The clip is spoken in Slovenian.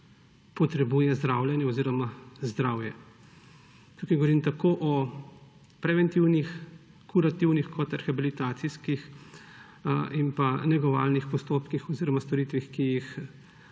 potrebuje za zdravljenje oziroma zdravje. Tukaj govorim tako o preventivnih, kurativnih kot o rehabilitacijskih in negovalnih postopkih oziroma storitvah, ki jih